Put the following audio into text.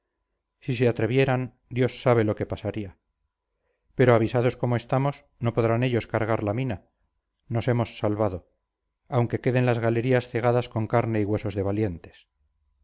si se atrevieran dios sabe lo que pasaría pero avisados como estamos no podrán ellos cargar la mina nos hemos salvado aunque queden las galerías cegadas con carne y huesos de valientes